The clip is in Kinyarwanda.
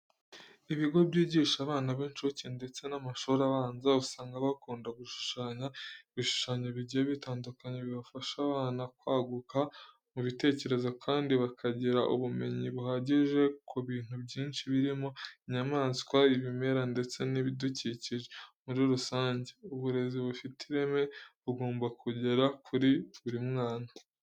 Ibigo byigisha abana b'inshuke ndetse n'amashuri abanza usanga bakunda gushushanya ibishushanyo bigiye bitandukanye bifasha abana kwaguka mu bitekerezo kandi bakagira ubumenyi buhagije ku bintu byinshi birimo inyamaswa, ibimera ndetse n'ibidukikije muri rusange. Uburezi bufite ireme bugomba kugera kuri buri mwana.